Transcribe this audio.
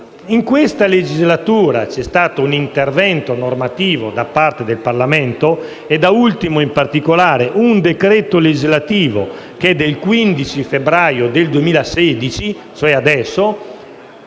In questa legislatura c'è stato un intervento normativo da parte del Parlamento (da ultimo, in particolare, un decreto legislativo del 15 febbraio 2016, quindi